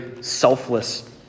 selfless